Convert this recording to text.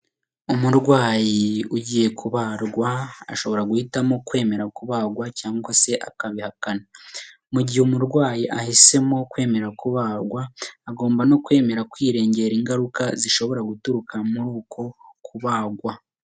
Umurwayi ugiye kubagwa ashobora guhitamo kwemera kubagwa cyangwa se akabihakana, mu gihe umurwayi ahisemo kwemera kubagwa agomba no kwemera kwirengera ingaruka zishobora guturuka muri uko kubagwa.